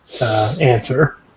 answer